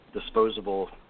disposable